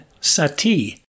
sati